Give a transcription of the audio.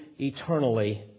eternally